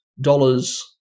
dollars